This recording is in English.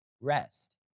rest